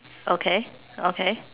okay okay